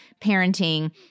parenting